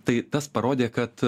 tai tas parodė kad